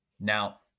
Now